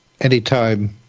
anytime